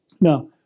Now